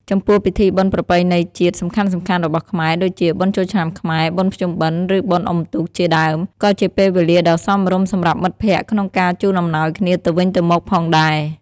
ចំពោះពិធីបុណ្យប្រពៃណីជាតិសំខាន់ៗរបស់ខ្មែរ ដូចជា បុណ្យចូលឆ្នាំខ្មែរ បុណ្យភ្ជុំបិណ្ឌ ឬបុណ្យអុំទូក ជាដើម ក៏ជាពេលវេលាដ៏សមរម្យសម្រាប់មិត្តភក្តិក្នុងការជូនអំណោយគ្នាទៅវិញទៅមកផងដែរ។